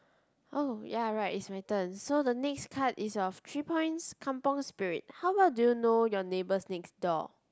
oh ya right is my turn so the next card is of three points Kampung Spirit how well do you know your neighbours next door